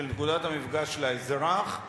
של נקודת המפגש של האזרח,